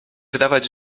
wydawać